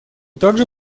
также